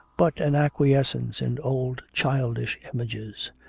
but an acquiescence in old childish images.